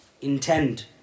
intend